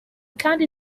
kandi